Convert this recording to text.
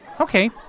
Okay